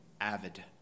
avid